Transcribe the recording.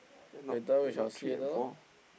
later we shall see later lor